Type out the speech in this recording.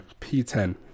P10